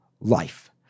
life